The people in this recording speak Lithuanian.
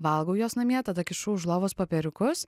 valgau juos namie tada kišu už lovos popieriukus